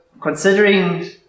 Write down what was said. considering